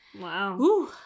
Wow